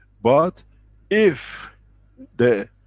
but if the